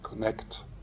connect